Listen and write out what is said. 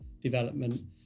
development